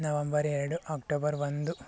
November ಎರಡು October ಒಂದು